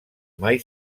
mai